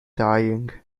dying